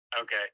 Okay